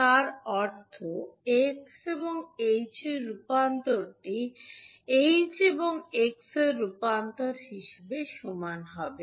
তার অর্থ x এবং h এর রূপান্তরটি h এবং x এর রূপান্তর হিসাবে সমান হবে